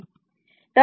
तर मला ते समजाउ दे